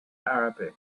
arabic